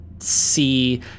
See